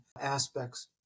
aspects